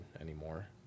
anymore